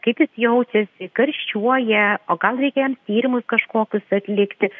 kaip jis jaučiasi karščiuoja o gal reikia jam tyrimus kažkokius atlikti